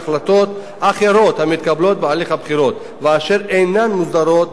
אחרות המתקבלות בהליך הבחירות ואשר אינן מוסדרות בחוק,